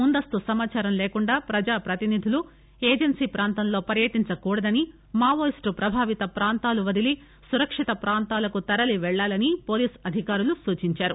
ముందస్తు సమాచారం లేకుండా ప్రజా ప్రతినిధులు ఏజెన్సీ ప్రాంతంలో పర్యటించకూడదని మావోయిస్టు ప్రభావిత ప్రాంతాలు వదలి సురక్షిత ప్రాంతాలకు తరలి పెళ్లాలని పోలీస్ అధికారులు సూచించారు